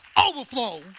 overflow